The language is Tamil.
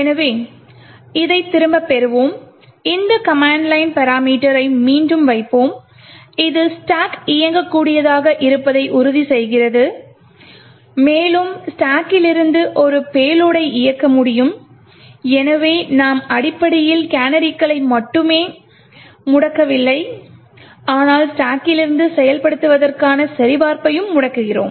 எனவே இதைத் திரும்பப் பெறுவோம் இந்த கமாண்ட் லைன் பராமீட்டரை மீண்டும் வைப்போம் இது ஸ்டாக் இயங்கக்கூடியதாக இருப்பதை உறுதிசெய்கிறோம் மேலும் ஸ்டாக்கிலிருந்து ஒரு பேலோடை இயக்க முடியும் எனவே நாம் அடிப்படையில் கேனரிகளை மட்டும் முடக்கவில்லை ஆனால் ஸ்டாக்கிலிருந்து செயல்படுத்துவதற்கான சரிபார்ப்பையும் முடக்குகிறோம்